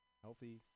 healthy